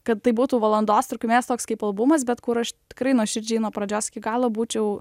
kad tai būtų valandos trukmės toks kaip albumas bet kur aš tikrai nuoširdžiai nuo pradžios iki galo būčiau